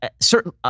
certain